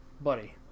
Buddy